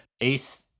Ace